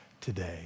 today